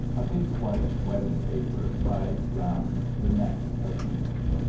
a big white wedding-favour tied round the neck of each.